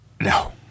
No